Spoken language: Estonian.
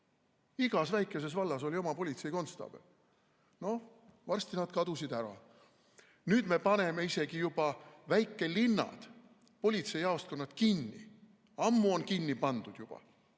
Igas väikeses vallas oli oma politseikonstaabel. Varsti nad kadusid ära. Nüüd me paneme isegi juba väikelinnade politseijaoskonnad kinni, need on ammu juba